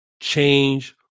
change